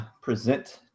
present